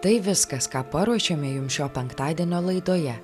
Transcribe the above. tai viskas ką paruošėme jums šio penktadienio laidoje